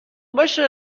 باشه